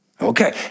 Okay